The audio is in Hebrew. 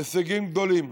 הישגים גדולים